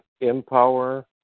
Empower